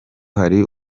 hari